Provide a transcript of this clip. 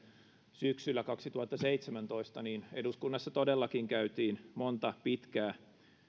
syksyllä kaksituhattaseitsemäntoista niin eduskunnassa todellakin käytiin monta pitkää